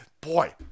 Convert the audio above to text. boy